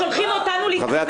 --- שולחים אותנו להתחלף?